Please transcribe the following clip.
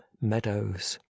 meadows